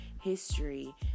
history